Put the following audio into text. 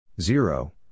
Zero